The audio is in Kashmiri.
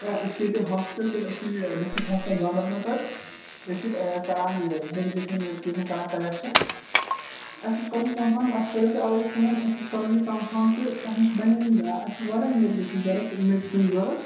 یہِ أسۍ چھِ ییٚتہِ ہاسپِٹَل پٮ۪ٹھ أسۍ چھِ یہِ ڈِسٹِک ہاسپِٹَل گاندربَل پٮ۪ٹھ أسۍ چھِ کران یہِ مِٮ۪ڈِکیشَن وِڈِکیشَن کران کلیٚکشَن اَسہِ اوس کَرُن کَنفٲرٕم اَسہِ کریو تۄہہِ اَوٕے فون اَسہِ اوس کَرُن یہِ کَنفٲرٕم تہٕ تۄہہِ نِش بَنیے یِم اَسہِ چھِ گۄڈٕے میٚڈِکیشَن ضُوٚرَتھ میٚڈِسَن ضُوٚرَتھ